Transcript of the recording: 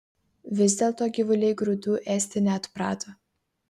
vis dėlto gyvuliai grūdų ėsti neatprato